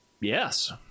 Yes